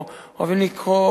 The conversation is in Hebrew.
או אוהבים לכנות,